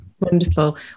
Wonderful